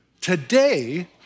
Today